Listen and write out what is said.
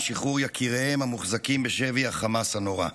שחרור יקיריהן המוחזקים בשבי החמאס הנורא.